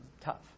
tough